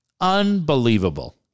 Unbelievable